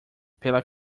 pela